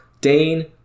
Dane